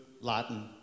Latin